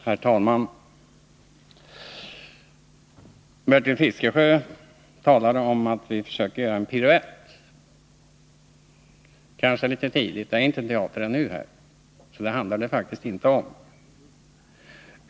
Herr talman! Bertil Fiskesjö talade om att vi försöker göra en piruett. Det är kanske litet tidigt, för det är inte teater här ännu, så det handlar det faktiskt inte om.